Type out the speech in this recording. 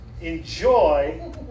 enjoy